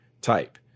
type